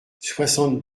soixante